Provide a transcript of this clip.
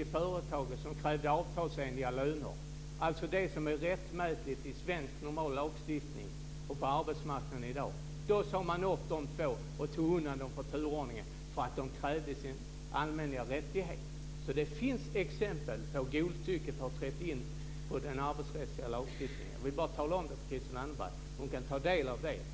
i företaget som krävde avtalsenliga löner, alltså det som är rättmätigt enligt svensk lagstiftning och på arbetsmarknaden i dag. Man sade alltså upp dessa två och tog undan dem från turordningen på grund av att de krävde sina rättigheter. Det finns alltså exempel på att godtycke har trätt in på den arbetsrättsliga lagstiftningens område. Jag vill bara tala om det för Christel Anderberg. Hon kan ta del av det.